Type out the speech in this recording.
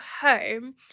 home